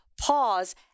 pause